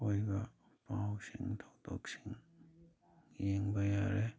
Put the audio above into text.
ꯑꯣꯏꯕ ꯄꯥꯎꯁꯤꯡ ꯊꯧꯗꯣꯛꯁꯤꯡ ꯌꯦꯡꯕ ꯌꯥꯔꯦ